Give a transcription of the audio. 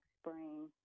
spring